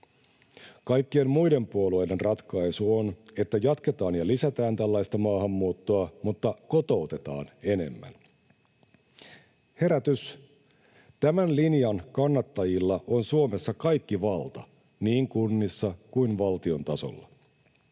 Kaikkien muiden puolueiden ratkaisu on, että jatketaan ja lisätään tällaista maahanmuuttoa mutta kotoutetaan enemmän. Herätys! Tämän linjan kannattajilla on Suomessa kaikki valta niin kunnissa kuin valtion tasolla.